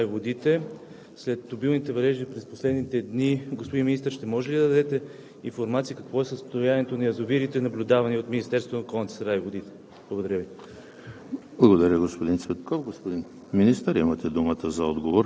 Уважаеми господин Председател, уважаеми колеги! Въпросът ми към министъра на околната среда и водите e: след обилните валежи през последните дни, господин Министър, ще може ли да ни дадете информация какво е състоянието на язовирите, наблюдавани от Министерството на околната среда и водите? Благодаря Ви.